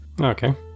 Okay